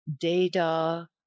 data